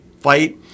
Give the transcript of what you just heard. fight